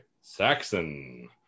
Saxon